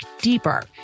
deeper